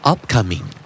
Upcoming